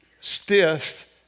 stiff